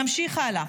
נמשיך הלאה.